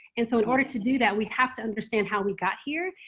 and so in order to do that, we have to understand how we got here.